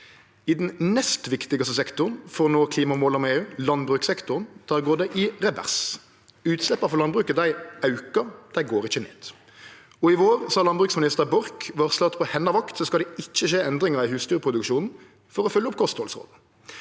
I den nest viktigaste sektoren for å nå klimamåla med EU, landbrukssektoren, går det i revers. Utsleppa frå landbruket aukar – dei går ikkje ned. I vår har landbruksminister Borch varsla at på hennar vakt skal det ikkje skje endringar i husdyrproduksjonen for å følgje opp kosthaldsråda.